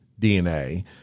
DNA